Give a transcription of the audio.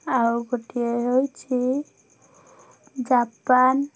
ଆଉ ଗୋଟେ ହେଉଛି ଜାପାନ